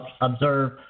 observe